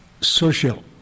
social